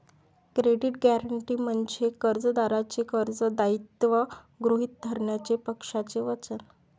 credit guarantee म्हणजे कर्जदाराचे कर्ज दायित्व गृहीत धरण्याचे पक्षाचे वचन